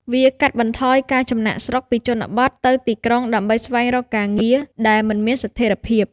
វាកាត់បន្ថយការចំណាកស្រុកពីជនបទទៅទីក្រុងដើម្បីស្វែងរកការងារដែលមិនមានស្ថិរភាព។